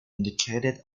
indicated